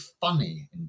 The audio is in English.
funny